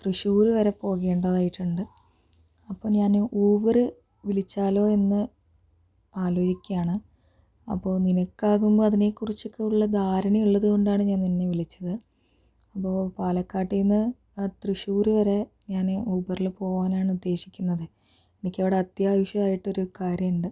തൃശ്ശൂർ വരെ പോകേണ്ടതായിട്ടുണ്ട് അപ്പോൾ ഞാന് ഊബറ് വിളിച്ചാലോ എന്ന് ആലോചിക്കുകയാണ് അപ്പോൾ നിനക്ക് ആകുമ്പോൾ അതിനെക്കുറിച്ച് കൂടുതൽ ധാരണ ഉള്ളതുകൊണ്ടാണ് ഞാൻ നിന്നെ വിളിച്ചത് അപ്പോൾ പാലക്കാട്ടീന്ന് തൃശൂർ വരെ ഞാന് ഊബറിൽ പോകാനാണ് ഉദ്ദേശിക്കുന്നത് എനിക്കവിടെ അത്യാവശ്യമായിട്ട് ഒരു കാര്യമുണ്ട്